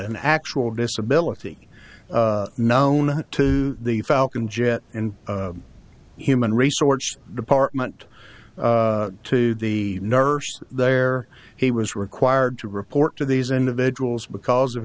an actual disability known to the falcon jet and human resources department to the nurse there he was required to report to these individuals because of